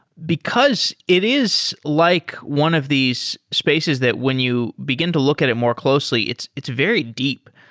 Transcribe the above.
because it is like one of these spaces that when you begin to look at it more closely, it's it's very deep.